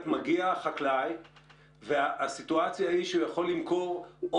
מגיע החקלאי והסיטואציה היא שהוא יכול למכור או